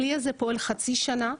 הכלי הזה פועל חצי שנה,